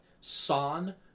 Son